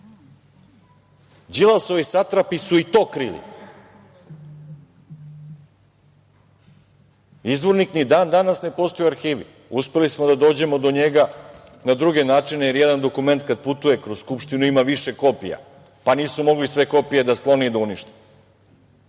ljudi. Đilasovi satrapi su i to krili. Izvornik ni dan danas ne postoji u arhivi. Uspeli smo da dođemo do njega na druge načine, jer jedan dokument kada putuje kroz Skupštinu ima više kopija, pa nisu mogli sve kopije da sklone i da unište.